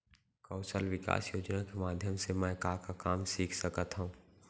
कौशल विकास योजना के माधयम से मैं का का काम सीख सकत हव?